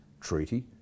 treaty